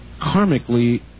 karmically